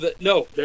no